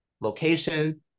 location